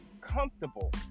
comfortable